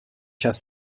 hast